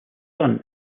sun